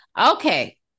Okay